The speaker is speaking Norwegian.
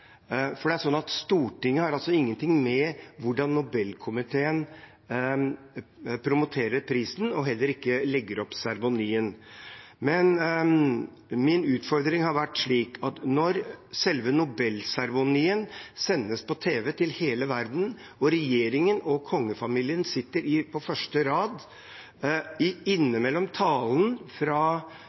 Stortinget har ingenting med hvordan Nobelkomiteen promoterer prisen eller hvordan den legger opp seremonien. Min utfordring har vært at når selve Nobelseremonien sendes på tv til hele verden og regjeringen og kongefamilien sitter på første rad, og det innimellom talen fra